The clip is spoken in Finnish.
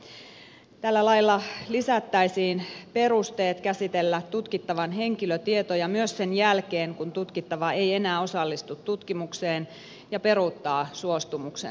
tällä lailla siihen lisättäisiin perusteet käsitellä tutkittavan henkilötietoja myös sen jälkeen kun tutkittava ei enää osallistu tutkimukseen ja peruuttaa suostumuksensa